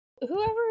whoever